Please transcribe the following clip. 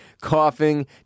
coughing